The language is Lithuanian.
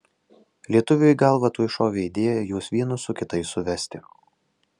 lietuviui į galvą tuoj šovė idėja juos vienus su kitais suvesti